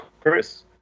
Chris